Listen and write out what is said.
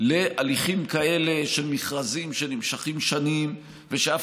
להליכים כאלה של מכרזים שנמשכים שנים ושאף